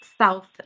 south